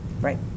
right